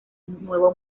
nuevo